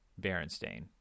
Berenstain